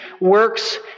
works